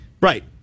Right